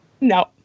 No